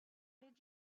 did